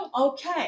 okay